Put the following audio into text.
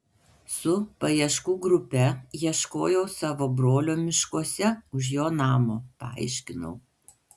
su paieškų grupe ieškojau savo brolio miškuose už jo namo paaiškinau